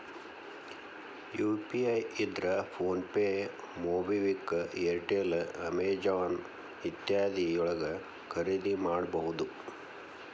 UPI ಇದ್ರ PhonePe MobiKwik Airtel Amazon ಇತ್ಯಾದಿ ಯೊಳಗ ಖರಿದಿಮಾಡಬಹುದು